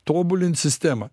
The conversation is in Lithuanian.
tobulint sistemą